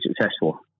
successful